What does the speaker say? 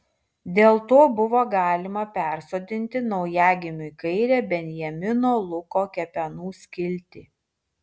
dėl to buvo galima persodinti naujagimiui kairę benjamino luko kepenų skiltį